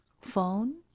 phone